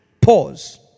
pause